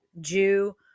Jew